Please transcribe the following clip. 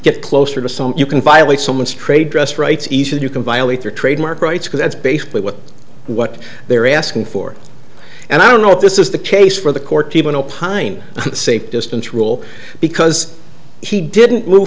get closer to some you can violate someone's trade dress rights easier you can violate your trademark rights because that's basically what what they're asking for and i don't know if this is the case for the court even opine safe distance rule because he didn't move